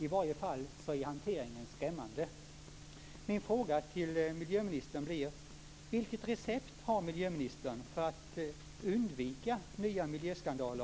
I varje fall är hanteringen skrämmande.